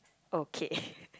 okay